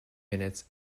minutes